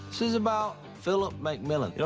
this is about phillip mcmillan, yeah